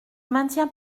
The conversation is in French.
maintiens